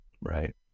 Right